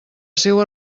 seua